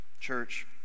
Church